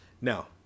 now